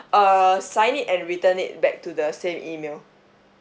uh sign it and return it back to the same email